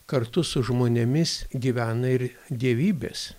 kartu su žmonėmis gyvena ir dievybės